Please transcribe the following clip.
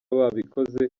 ababikoze